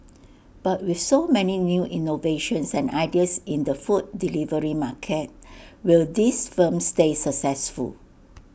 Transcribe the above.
but with so many new innovations and ideas in the food delivery market will these firms stay successful